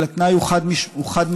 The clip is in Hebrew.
אבל התנאי הוא חד-משמעי